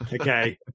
Okay